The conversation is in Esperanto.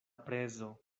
prezo